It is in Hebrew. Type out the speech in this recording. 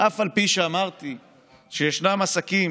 מענק לפי חוק זה לפרק הזמן המזערי הדרוש,